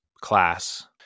class